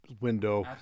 window